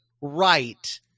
right